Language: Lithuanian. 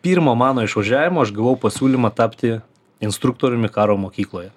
pirmo mano išvažiavimo aš gavau pasiūlymą tapti instruktoriumi karo mokykloje